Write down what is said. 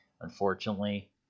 Unfortunately